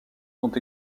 sont